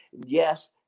Yes